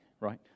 right